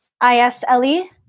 I-S-L-E